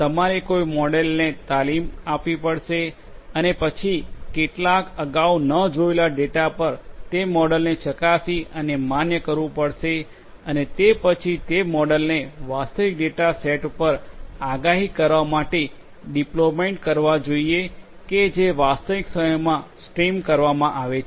તમારે કોઈ મોડેલને તાલીમ આપવી પડશે અને પછી કેટલાક અગાઉ ન જોયેલ ડેટા પર તે મોડેલને ચકાસી અને માન્ય કરવું પડશે અને તે પછી તે મોડેલને વાસ્તવિક ડેટા સેટ પર આગાહી કરવા માટે ડિપ્લોયમેન્ટ કરવા જોઈએ કે જે વાસ્તવિક સમયમાં સ્ટ્રીમ કરવામાં આવે છે